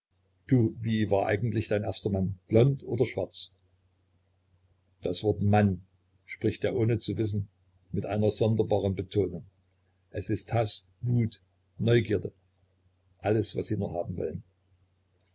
du wie war eigentlich dein erster mann blond oder schwarz das wort mann spricht er ohne zu wissen mit einer sonderbaren betonung es ist haß wut neugierde alles was sie nur haben wollen